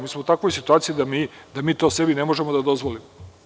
Mi smo u takvoj situaciji da to sebi ne možemo da dozvolimo.